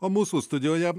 o mūsų studijoje